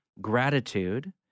Gratitude